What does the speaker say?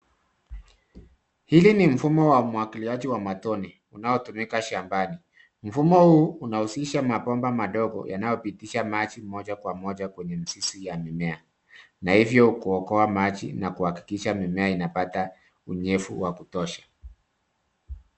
Hili ni mfumo wa umwagiliaji wa matone unaotumika shambani. Mfumo huu unahusisha mabomba madogo yanayopitisha maji moja kwa moja kwenye mizizi ya mimea na hivyo kuokoa maji na kuhakikisha mimea imepata unyevu wa kutosha.